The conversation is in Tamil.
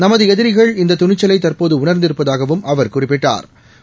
நமதுஎதிரிகள் இந்ததுணிச்சலைதற்போதுஉணா்திருப்பதாகவும் அவர் குறிப்பிட்டாா்